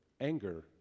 anger